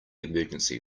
emergency